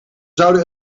zouden